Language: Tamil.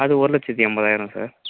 அது ஒரு லட்சத்து எண்பதாயிரம் சார்